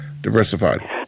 diversified